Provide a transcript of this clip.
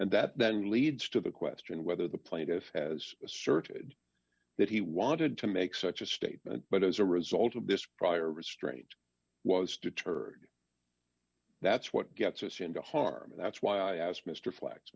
and that then leads to the question whether the plaintiff has asserted that he wanted to make such a statement but as a result of this prior restraint was deterred that's what gets us into harm and that's why i asked mr fla